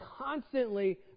constantly